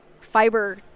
fiber